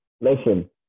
listen